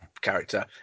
character